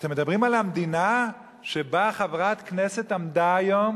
אתם מדברים על המדינה שבה חברת כנסת עמדה היום